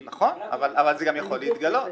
נכון, אבל זה גם יכול להתגלות.